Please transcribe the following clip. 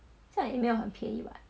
在 email 很便宜 what